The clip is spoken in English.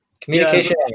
Communication